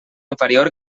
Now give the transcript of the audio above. inferior